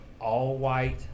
all-white